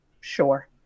sure